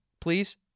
please